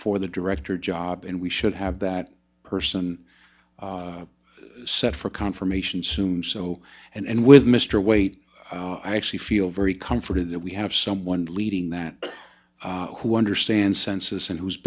for the director job and we should have that person set for confirmation sume so and with mr weight i actually feel very comforted that we have someone leading that who understands census and who's